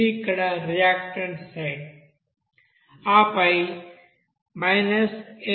ఇక్కడ ఇది reactant side ఆపై 871